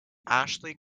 ashley